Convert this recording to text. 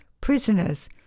prisoners